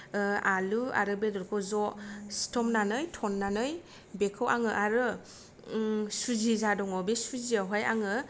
ओ आलु आरो बेदरखौ ज' सिथमनानै खन्नानै बेखौ आङो आरो ओम सुजि जा दङ बे सुजियावहाय आङो